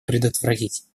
предотвратить